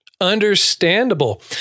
Understandable